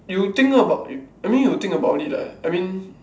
you think about I mean you think about it lah I mean